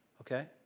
Okay